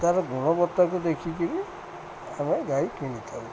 ତା'ର ଗୁଣବତ୍ତାକୁ ଦେଖି କରି ଆମେ ଗାଈ କିଣିଥାଉ